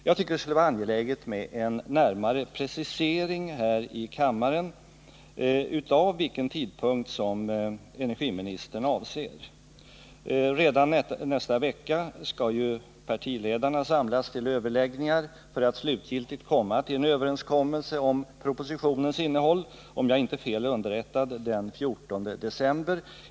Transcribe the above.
Jag tycker det skulle Tisdagen den vara angeläget med en närmare precisering här i kammaren av vilken 4 december 1979 tidpunkt energiministern avser. Redan nästa vecka skall ju partiledarna samlas till överläggningar för att slutgiltigt nå en överenskommelse om Om befrielse för propositionens innehåll — om jag inte är fel underrättad sker detta den 14 fria samfund och december.